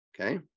okay